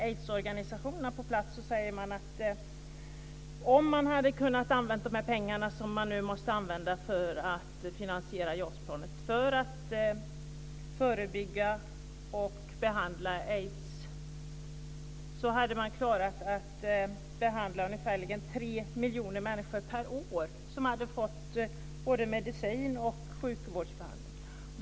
Aidsorganisationerna på plats säger att om man hade kunnat använda de pengar som man nu måste använda för att finansiera JAS-planet till att förebygga och behandla aids, hade man klarat att behandla ungefär 3 miljoner människor per år. De hade kunnat få både medicin och sjukvårdsbehandling.